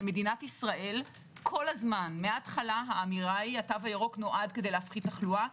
במדינת ישראל כל הזמן האמירה היא: התו הירוק נועד להנמיך תחלואה.